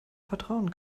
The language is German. vertrauen